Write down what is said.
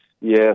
Yes